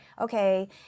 okay